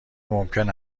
ممکن